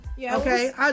Okay